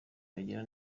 bagira